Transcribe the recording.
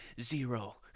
Zero